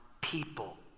people